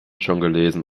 gelesen